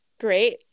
Great